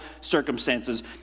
circumstances